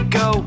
go